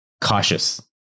cautious